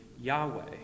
Yahweh